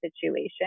situation